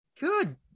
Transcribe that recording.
good